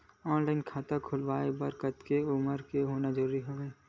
Online खाता खुलवाय बर कतेक उमर होना जरूरी हवय?